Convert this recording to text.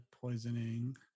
poisoning